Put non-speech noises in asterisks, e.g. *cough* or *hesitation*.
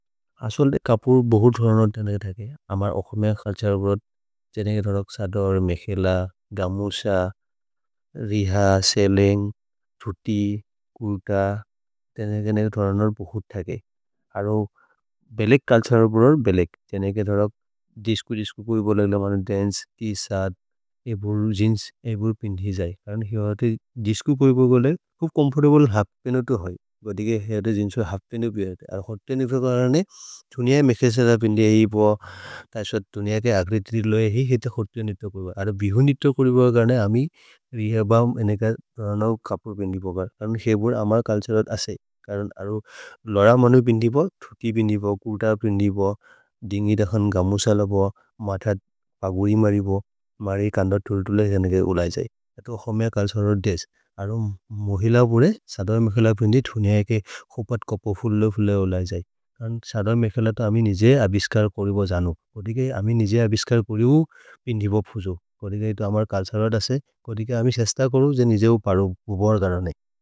असलले कापूर बहुत धरणर थाने के ठाके, *hesitation* अमार अखमें का काल्छार बड़ो, चेने के धरक सादर, मेखेला, गामुशा, रिहा, सेलेंग, ठूती, कूर्टा, चेने के धरणर बहुत ठाके। आरो बेलेक काल्छार बड़ोर बेलेक, चेने के धरक, डिस्कू, डिस्कू, कोई बोला गला, मानों, डेन्स, ती, साद, एबोर, जिन्ज, एबोर पिंड़ी जाई, कारण हिवारते, डिस्कू। कोई बोला गला, फुफ कौमफोरेबोल हाफ़ पेनो तो हाई, गो दिगे हाफ़ पेनो बियारते, और हाफ़ पेनो बियारते कारण है। तुनिया के मिखेला पिंड़ी यही बोला, ताइसर तुनिया के आगरितरी लोय ही ही ही ताइसर हाफ़ पेनो बियारते कारण है। आरो बिहुन निर्टो करी बोला, कारण आमी, निर्टो करी निर् कोडिका अमी सेस्ता करू जे निजे पारू, उबार दारा नहीं।